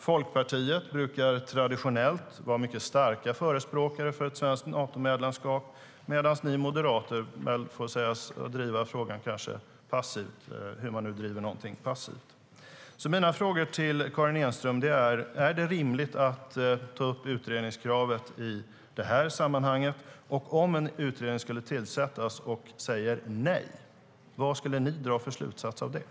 Folkpartiet brukar traditionellt vara mycket starka förespråkare för ett svenskt Natomedlemskap, medan ni moderater får sägas driva frågan passivt - hur man nu driver någonting passivt.